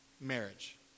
marriage